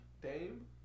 Dame